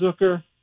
Zucker